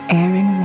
Aaron